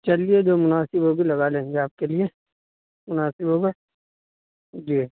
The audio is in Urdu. چلیے جو مناسب ہوگی لگا لیں گے آپ کے لیے مناسب ہوگا جی